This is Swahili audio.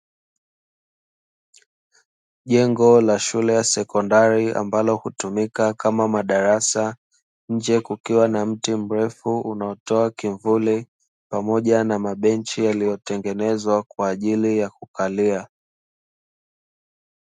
Jengo la shule ya sekondari ambalo hutumika kama madarasa, nje kukiwa na mti mrefu unaotoa kimvuli, pamoja na mabenchi yaliyotengenezwa kwa ajili ya kukalia.